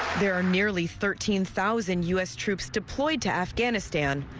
there are nearly thirteen thousand us troops deployed to afghanistan,